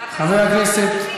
חבר הכנסת,